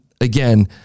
again